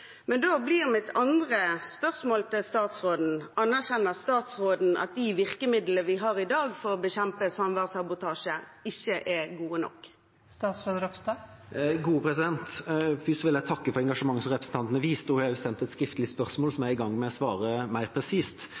Men da blir mitt andre spørsmål til statsråden: Anerkjenner statsråden at de virkemidlene vi har i dag for å bekjempe samværssabotasje, ikke er gode nok? Først vil jeg takke for engasjementet som representanten har vist, og hun har også sendt et skriftlig spørsmål, som jeg er i gang med å svare mer presist